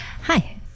hi